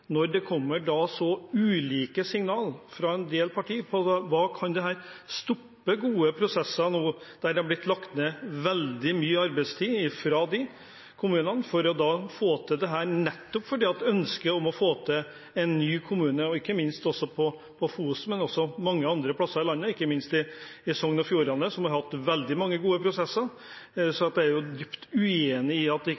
når det nå kommer så ulike signaler fra en del partier? Kan dette stoppe gode prosesser der det har blitt lagt ned veldig mye arbeidstid fra kommunenes side for å få til dette, nettopp fordi en ønsker å få til en ny kommune – ikke minst på Fosen, men også mange andre steder i landet, ikke minst i Sogn og Fjordane, som har hatt veldig mange gode prosesser? Jeg er dypt uenig i at det ikke